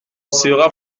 sera